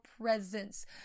presence